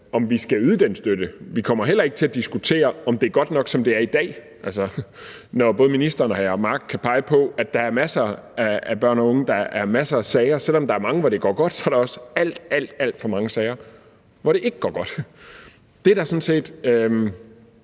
om vi skal yde den støtte. Vi kommer heller ikke til at diskutere, om det er godt nok, som det er i dag, når både ministeren og hr. Jacob Mark kan pege på, at der er masser af sager med børn og unge. Selv om der er mange sager, hvor der går godt, så er der også alt, alt for mange sager, hvor det ikke går godt. Det er der sådan set